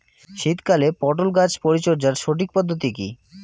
শীতকালে পটল গাছ পরিচর্যার সঠিক পদ্ধতি কী?